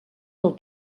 del